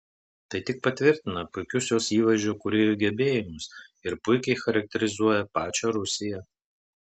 tai tik patvirtina puikius jos įvaizdžio kūrėjų gebėjimus ir puikiai charakterizuoja pačią rusiją